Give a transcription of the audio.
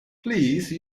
please